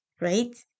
right